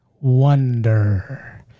wonder